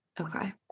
Okay